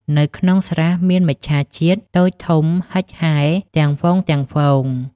នៅក្នុងស្រះ មានមច្ឆជាតិតូចធំហិចហែលទាំងហ្វូងៗ។